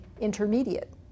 intermediate